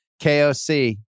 KOC